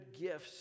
gifts